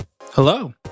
Hello